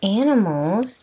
animals